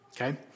Okay